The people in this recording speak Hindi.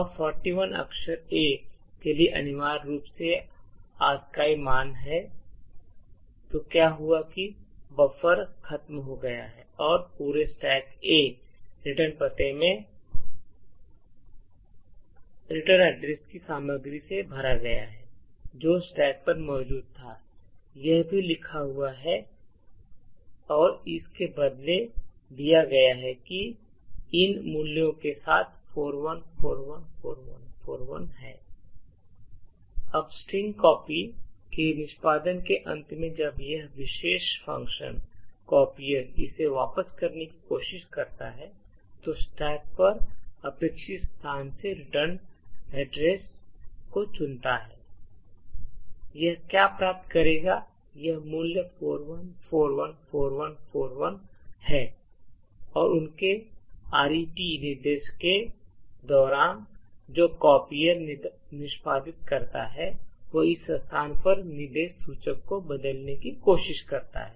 अब 41 अक्षर A के लिए अनिवार्य रूप से ASCII मान है तो क्या हुआ है कि बफर खत्म हो गया है और पूरे स्टैक A रिटर्न पते की सामग्री से भर गया है जो स्टैक पर मौजूद था यह भी लिखा हुआ है और इसे बदल दिया गया है इन मूल्यों के साथ 41414141 अब स्ट्रिंग कॉपी के निष्पादन के अंत में जब यह विशेष फ़ंक्शन कॉपियर इसे वापस करने की कोशिश करता है तो स्टैक पर अपेक्षित स्थान से रिटर्न एड्रेस को चुनता है कि यह क्या प्राप्त करेगा यह मूल्य 41414141 है और उनके आरईटी निर्देश के दौरान जो कापियर निष्पादित करता है वह इस स्थान पर निर्देश सूचक को बदलने की कोशिश करता है